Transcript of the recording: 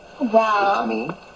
Wow